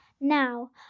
Now